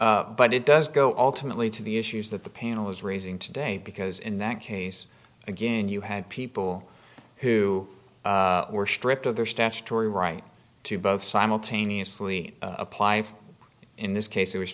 but it does go alternately to the issues that the panel was raising today because in that case again you had people who were stripped of their statutory right to both simultaneously apply for in this case it was